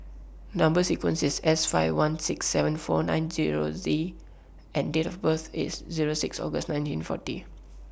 Number sequence IS S five one six seven four nine Zero Z and Date of birth IS Zero six August nineteen forty